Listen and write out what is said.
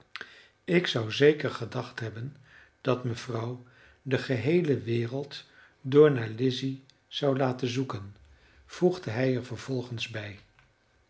ik zou zeker gedacht hebben dat mevrouw de geheele wereld door naar lizzy zou laten zoeken voegde hij er vervolgens bij